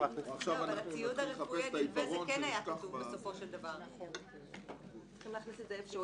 בתקנה 8 אמרנו שזה לא בדיוק בטיחות בהסעה אלא